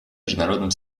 международным